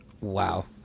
Wow